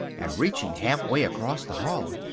and reaching half way across the hall.